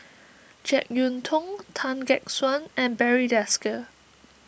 Jek Yeun Thong Tan Gek Suan and Barry Desker